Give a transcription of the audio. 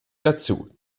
dazu